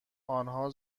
آنها